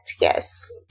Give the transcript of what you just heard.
yes